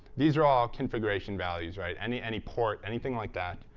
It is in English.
these are all configuration values. right? any any port, anything like that.